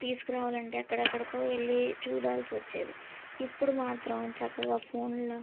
తీసుకురావాలంటే ఎక్కడెక్కడికో వెళ్ళీ చూడాల్సి వచ్చేది ఇప్పుడు మాత్రం చక్కగా ఫోన్లో